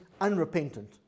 unrepentant